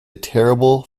terrible